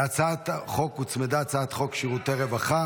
להצעת החוק הוצמדה הצעת חוק שירותי רווחה